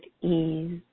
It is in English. ease